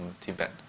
Tibet